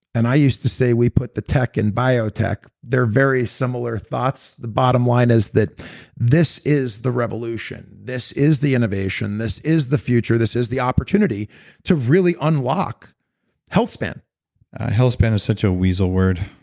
and i used to say, we put the tech in biotech. they're very similar thoughts. the bottom line is that this is the revolution, this is the innovation, this is the future, this is the opportunity to really unlock health span health span is such a weasel word.